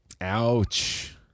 Ouch